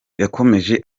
yakomeje